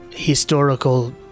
historical